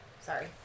Sorry